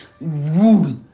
rule